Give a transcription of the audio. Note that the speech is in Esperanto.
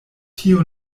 tio